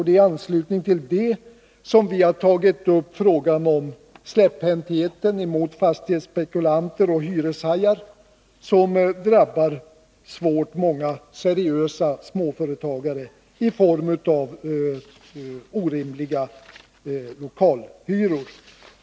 Det är i anslutning till detta som vi har tagit upp frågan om släpphäntheten mot fastighetsspekulanter och hyreshajar, vilkas verksamhet svårt drabbar många seriösa småföretagare i form av orimliga lokalhyror.